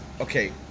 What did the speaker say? Okay